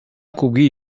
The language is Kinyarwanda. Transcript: akubwiye